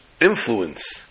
influence